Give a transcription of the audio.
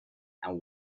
and